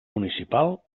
municipal